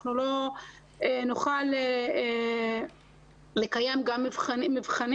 אנחנו לא נוכל לקיים גם מבחנים.